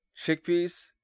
Chickpeas